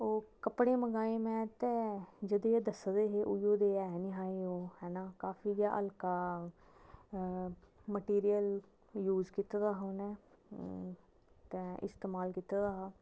ओह् कपडे़ मंगवाए में ते जेहो जेह दस्से दे हे उहे जेह है नेई ऐ ओह् है ना काफी गै हलका मटिरियल यूज कीता दा उंहे ते इस्तेमाल कीते दा हा